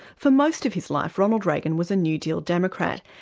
for most of his life, ronald reagan was a new deal democrat.